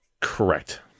Correct